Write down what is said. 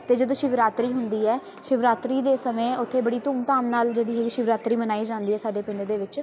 ਅਤੇ ਜਦੋਂ ਸ਼ਿਵਰਾਤਰੀ ਹੁੰਦੀ ਹੈ ਸ਼ਿਵਰਾਤਰੀ ਦੇ ਸਮੇਂ ਉੱਥੇ ਬੜੀ ਧੂਮ ਧਾਮ ਨਾਲ ਜਿਹੜੀ ਹੈਗੀ ਸ਼ਿਵਰਾਤਰੀ ਮਨਾਈ ਜਾਂਦੀ ਆ ਸਾਡੇ ਪਿੰਡ ਦੇ ਵਿੱਚ